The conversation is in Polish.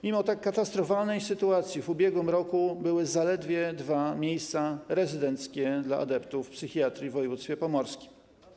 Mimo tak katastrofalnej sytuacji w ubiegłym roku były zaledwie dwa miejsca rezydenckie dla adeptów psychiatrii w województwie pomorskim.